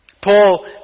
Paul